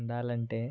ఉండాలంటే